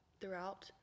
throughout